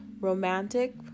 romantic